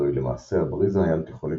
זוהי למעשה הבריזה הים-תיכונית